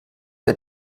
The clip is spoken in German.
der